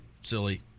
silly